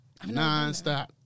nonstop